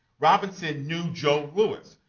robinson knew joe louis,